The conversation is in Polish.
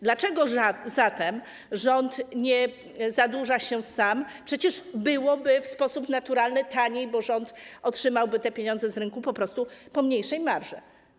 Dlaczego zatem rząd nie zadłuża się sam, przecież byłoby w sposób naturalny taniej, bo rząd otrzymałby te pieniądze z rynku z mniejszą marżą.